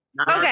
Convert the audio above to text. Okay